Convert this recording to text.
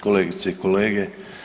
Kolegice i kolege.